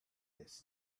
this